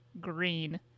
green